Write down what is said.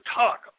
talk